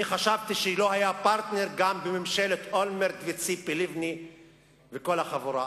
אני חשבתי שלא היה פרטנר גם בממשלת אולמרט וציפי לבני וכל החבורה,